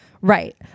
right